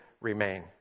remain